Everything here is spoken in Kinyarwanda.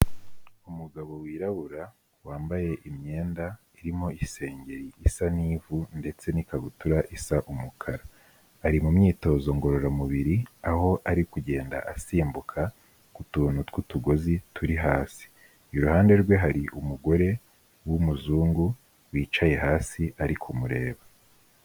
Umugabo wirabura, wambaye imyenda irimo isengeri isa n'ivu ndetse n'ikabutura isa umukara, ari mu myitozo ngororamubiri, aho ari kugenda asimbuka ku tuntu tw'utugozi turi hasi, iruhande rwe hari umugore w'umuzungu wicaye hasi, ari kumureba.